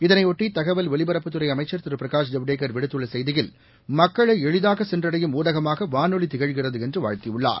இதனையொட்டி தகவல் ஒலிபரப்புத்துறை அமைச்சர் திரு பிரகாஷ் ஜவடேகர் விடுத்துள்ள செய்தியில் மக்களை எளிதாக சென்றடையும் ஊடகமாக வானொலி திகழ்கிறது என்று வாழ்த்தியுள்ளார்